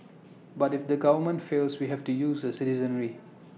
but if the government fails we have to use the citizenry